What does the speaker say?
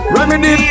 Remedy